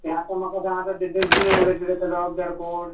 ते आतां म्हाका सांग आतां ते डस्टबिनान उडयता तेका जबाबदार कोण